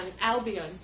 Albion